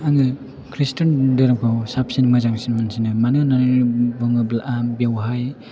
आङो खृष्टान धोरोमखौ साबसिन मोजांसिन मोनसिनो मानो होननानै बुङोब्ला बेवहाय